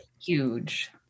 huge